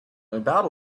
about